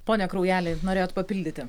pone kraujeli norėjot papildyti